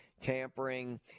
tampering